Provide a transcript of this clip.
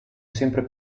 sempre